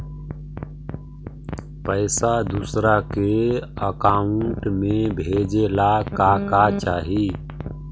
पैसा दूसरा के अकाउंट में भेजे ला का का चाही?